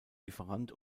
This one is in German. lieferant